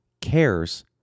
cares